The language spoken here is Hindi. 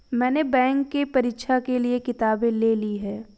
मैने बैंक के परीक्षा के लिऐ किताबें ले ली हैं